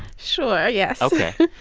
sure. yes ok.